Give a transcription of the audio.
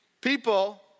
people